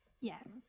yes